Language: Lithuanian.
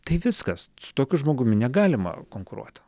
tai viskas su tokiu žmogumi negalima konkuruot